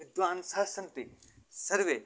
विद्वांसः सन्ति सर्वे